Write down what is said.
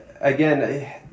again